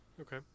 Okay